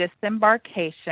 disembarkation